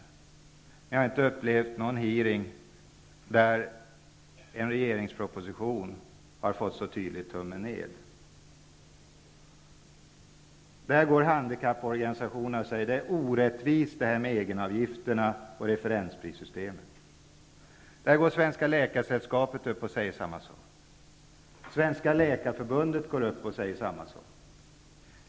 Men jag har inte upplevt någon hearing där en regeringsproposition har fått så tydligt Handikapporganisationerna hävdar att egenavgifterna och referensprissystemet är orättvisa. Svenska Läkaresällskapet och Svenska Läkarförbundet hävdar samma sak.